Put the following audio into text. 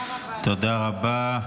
תודה רבה.